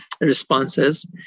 responses